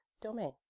domain